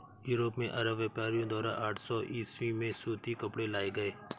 Europe में Arab व्यापारियों द्वारा आठ सौ ईसवी में सूती कपड़े लाए गए